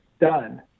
done